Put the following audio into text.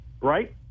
right